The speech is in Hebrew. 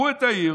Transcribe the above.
קחו את העיר,